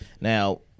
Now